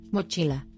Mochila